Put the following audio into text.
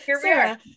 Sarah